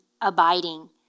abiding